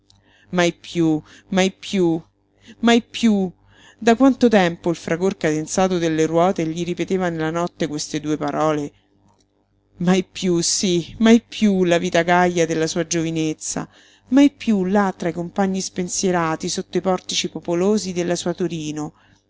mai piú mai piú mai piú da quanto tempo il fragor cadenzato delle ruote gli ripeteva nella notte queste due parole mai piú sí mai piú la vita gaja della sua giovinezza mai piú là tra i compagni spensierati sotto i portici popolosi della sua torino